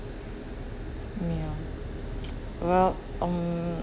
me ah but mm